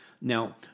Now